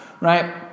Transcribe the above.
right